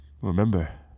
remember